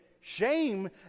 Shame